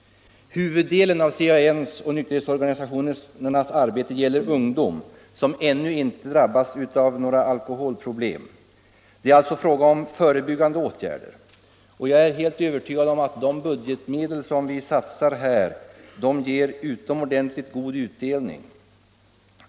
Huvuddelen av CAN:s och nykterhetsorganisationernas arbete gäller ungdom som ännu inte drabbats av några alkoholproblem. Det är alltså fråga om förebyggande åtgärder, och jag är helt övertygad om att de budgetmedel som vi här satsar ger utomordentligt god utdelning.